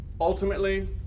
Ultimately